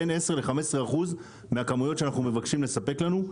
10%-15% מהכמויות שאנחנו מבקשים לספק לנו,